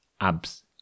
abs